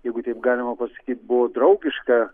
jeigu taip galima pasakyt buvo draugiška